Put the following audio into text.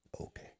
Okay